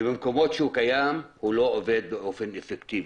ובמקומות שהוא קיים הוא לא עובד באופן אפקטיבי.